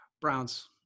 Browns